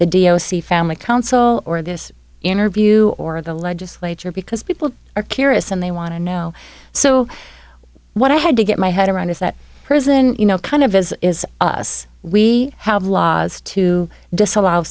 the family council or this interview or the legislature because people are curious and they want to know so what i had to get my head around is that prison you know kind of is is us we have laws to disallow